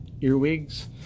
earwigs